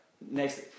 Next